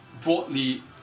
broadly